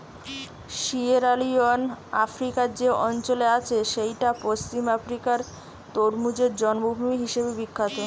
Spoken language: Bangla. সিয়েরালিওন আফ্রিকার যে অঞ্চলে আছে সেইটা পশ্চিম আফ্রিকার তরমুজের জন্মভূমি হিসাবে বিখ্যাত